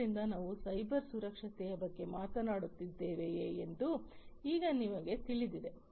ಆದ್ದರಿಂದ ನಾವು ಸೈಬರ್ ಸುರಕ್ಷತೆಯ ಬಗ್ಗೆ ಮಾತನಾಡುತ್ತಿದ್ದೇವೆಯೇ ಎಂದು ಈಗ ನಮಗೆ ತಿಳಿದಿದೆ